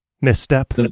Misstep